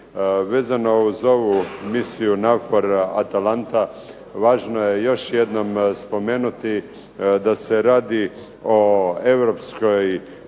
Vezano uz ovu misiju NAVFOR Atalanta važno je još jednom spomenuti da se radi o europskoj